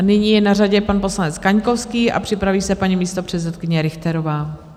Nyní je na řadě pan poslanec Kaňkovský a připraví se paní místopředsedkyně Richterová.